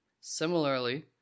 Similarly